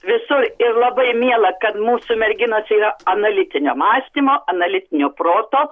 visur ir labai miela kad mūsų merginos ėjo analitinio mąstymo analitinio proto